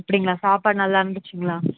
அப்படிங்களா சாப்பாடு நல்லா இருந்துச்சுங்களா